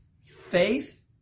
Faith